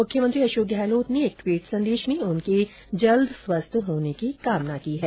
मुख्यमंत्री अशोक गहलोत नेएक ट्वीट संदेश में उनके शीघ्र स्वस्थ होने की कामना की है